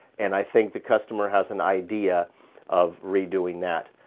and i think the customer has an idea of redoing that.